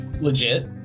legit